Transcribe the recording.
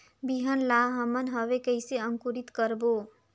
बिहान ला हमन हवे कइसे अंकुरित करबो?